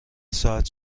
ساعت